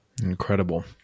Incredible